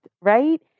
right